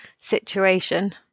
situation